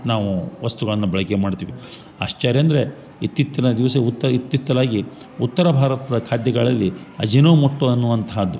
ನಾವು ವಸ್ತುಗಳನ್ನು ಬಳಕೆ ಮಾಡ್ತೀವಿ ಆಶ್ಚರ್ಯ ಅಂದರೆ ಇತ್ತೀತ್ತಿನ ದಿವಸ ಉತ್ತ ಇತ್ತಿತ್ತಲಾಗಿ ಉತ್ತರ ಭಾರತದ ಖಾದ್ಯಗಳಲ್ಲಿ ಅಜಿನೊ ಮೋಟ್ಟೋ ಅನ್ನುವಂತಹದ್ದು